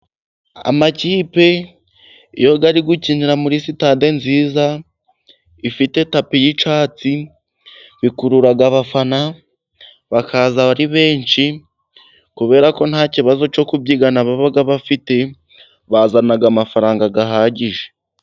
Amakipe iyo ari gukinira muri stade nziza ifite tapi y'icahatsi. Bikurura abafana ,bakaza ari benshi kubera ko nta kibazo cyo kubyigana baba bafite. Bazana amafaranga ahagije.